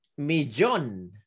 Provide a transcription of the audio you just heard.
millón